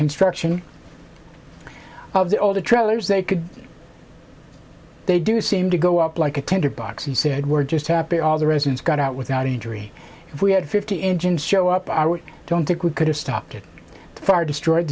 construction of the older trailers they could they do seem to go up like a tinderbox he said we're just happy all the residents got out without injury if we had fifty engines show up i don't think we could have stopped the fire destroyed